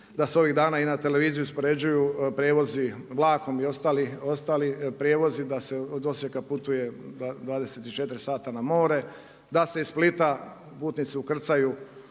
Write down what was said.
da se i ovih dana na televiziji uspoređuju prijevozi vlakom i ostali prijevozi, da se od Osijeka putuje 24 sata na more, da se iz Splita putnici ukrcaju